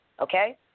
Okay